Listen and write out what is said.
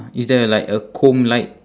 is there like a comb like